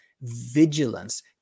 vigilance